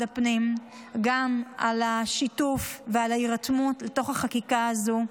הפנים על השיתוף ועל ההירתמות בחקיקה הזאת,